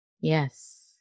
yes